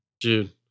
Dude